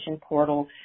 portal